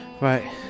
Right